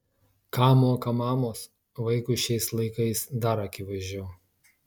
ką moka mamos vaikui šiais laikais dar akivaizdžiau